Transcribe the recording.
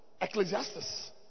Ecclesiastes